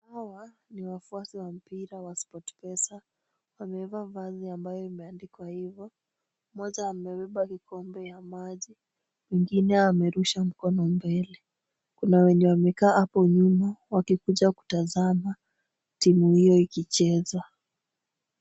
Hawa ni wafuasi wa mpira wa Sportpesa. Wamevaa vazi ambayo imeandikwa hivyo. Mmoja amebeba kikombe ya maji, mwingine amerusha mkono mbele. Kuna wenye wamekaa hapo nyuma wakikuja kutazama timu hiyo ikicheza.